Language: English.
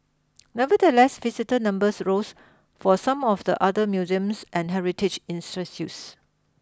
nevertheless visitor numbers rose for some of the other museums and heritage